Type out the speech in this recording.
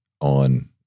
on